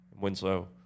Winslow